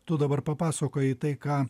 tu dabar papasakojai tai ką